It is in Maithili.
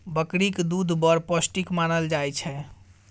बकरीक दुध बड़ पौष्टिक मानल जाइ छै